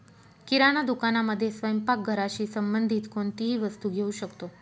किराणा दुकानामध्ये स्वयंपाक घराशी संबंधित कोणतीही वस्तू घेऊ शकतो